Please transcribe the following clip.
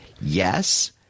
Yes